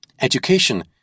Education